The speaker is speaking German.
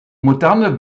moderne